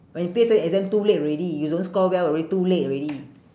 but in P_S_L_E exam too late already you don't score well already too late already